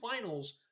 finals